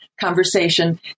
conversation